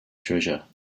treasure